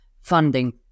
funding